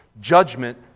judgment